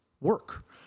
work